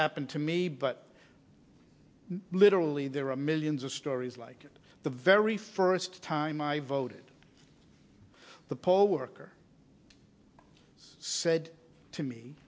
happened to me but literally there are millions of stories like it the very first time i voted the poll worker said to me